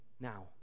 now